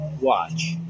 watch